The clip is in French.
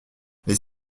les